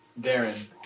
Darren